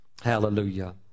Hallelujah